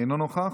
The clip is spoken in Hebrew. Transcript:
אינו נוכח,